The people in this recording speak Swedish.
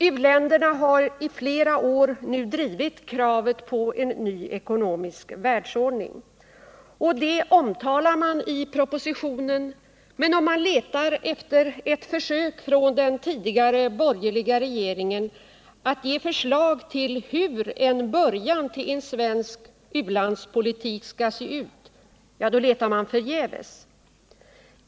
U-länderna har nu i flera år drivit kravet på en ny ekonomisk världsordning. Detta omtalas i propositionen, men om man letar efter ett försök från den tidigare borgerliga regeringen att ge förslag till hur en början till en svensk u-landspolitik skall se ut, då letar man förgäves.